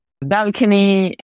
balcony